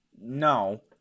no